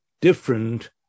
different